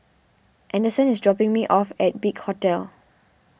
anderson is dropping me off at Big Hotel